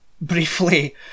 briefly